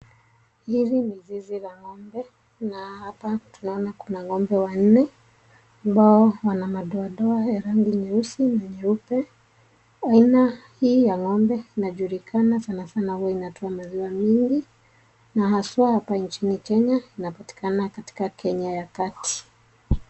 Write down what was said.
Hizi ni zizi la ngombe, na hapa tunaona kuna ng'ombe wanne, ambao wana madoadoa ya rangi nyeusi na nyeupe, aina hii ya ngombe inajulikana sana sana huwa inatoa maziwa mingi, na haswa hapa nchi ya kenya inapatina katika kenya ya kati.